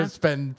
spend